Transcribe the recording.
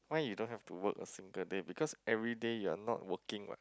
why you don't to work a single day because every day you are not working one